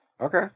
Okay